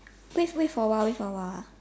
wait wait for a while wait for a while